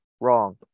wrong